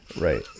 right